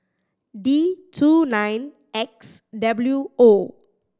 D two nine X W O